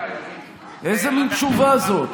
איזה מין תשובה זאת?